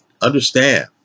Understand